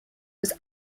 was